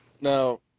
now